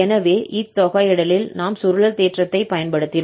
எனவே இத்தொகையிடலில் நாம் சுருளல் தேற்றத்தைப் பயன்படுத்தினோம்